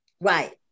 Right